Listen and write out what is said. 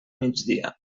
migdia